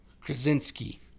Krasinski